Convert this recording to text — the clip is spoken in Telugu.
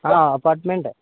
అపార్ట్మెంటే